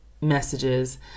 messages